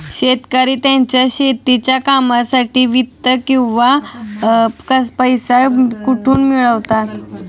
शेतकरी त्यांच्या शेतीच्या कामांसाठी वित्त किंवा पैसा कुठून मिळवतात?